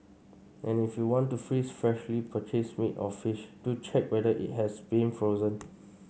and if you want to freeze freshly purchased meat or fish do check whether it has been frozen